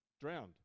drowned